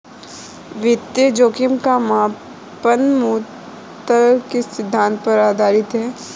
वित्तीय जोखिम का मापन मूलतः किस सिद्धांत पर आधारित है?